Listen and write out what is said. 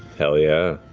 hell yeah.